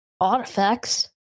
artifacts